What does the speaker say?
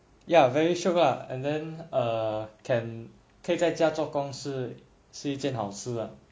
ya very shiok lah and then err can 可以在家做工是是一件好事